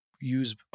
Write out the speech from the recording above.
use